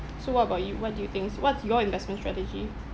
so what about you what do you thinks what's your investment strategy